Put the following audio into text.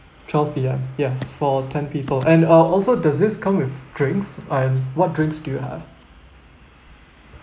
twelve P_M yes for ten people and uh also does this come with drinks and what drinks do you have